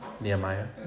Nehemiah